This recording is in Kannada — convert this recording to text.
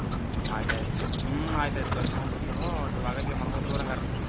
ಹ್ಞೂ ಆಯ್ತಾಯಿತು ಹ್ಞೂ ಆಯ್ತಯಿತು ತಕೊಂಡ್ಬತ್ತಿವ್ರು ಒಟ್ಟು ಆಲೋಚನೆ ಮಾಡಿ ಕೂರಂಗರ